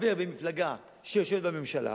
חבר במפלגה שיושבת בממשלה,